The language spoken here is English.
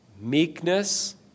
meekness